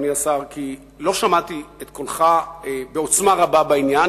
כי לא שמעתי את קולך בעוצמה רבה בעניין.